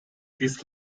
this